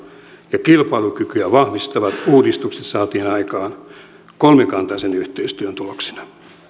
ja kilpailukykyä vahvistavat uudistukset saatiin aikaan kolmikantaisen yhteistyön tuloksina